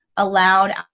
allowed